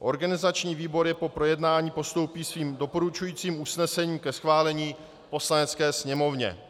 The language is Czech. Organizační výbor je po projednání postoupí svým doporučujícím usnesením ke schválení Poslanecké sněmovně.